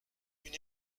une